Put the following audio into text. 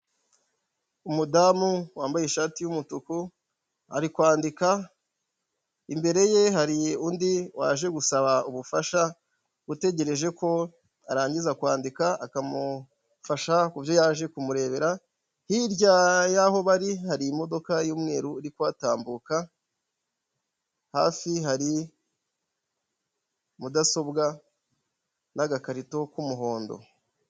Umudamu wambaye ishati y'umutuku ari kwandika imbere ye hari undi waje gusaba ubufasha utegereje ko arangiza kwandika akamufasha kubyo yaje kumurebera hirya y'aho bari hari imodoka y'umweru iri kuhatambuka hafi hari mudasobwa n'agakarito k'umuhondo.